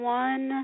one